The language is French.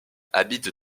habite